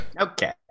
Okay